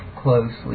closely